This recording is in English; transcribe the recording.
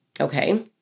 Okay